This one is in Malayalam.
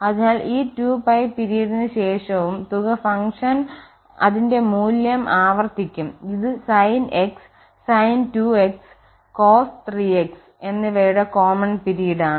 അതിനാൽ ഈ 2π പിരീഡിന് ശേഷവും തുക ഫംഗ്ഷൻ അതിന്റെ മൂല്യം ആവർത്തിക്കും ഇത് sin x sin 2x cos 3x എന്നിവയുടെ കോമൺ പിരീഡാണ്